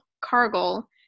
Cargill